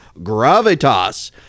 gravitas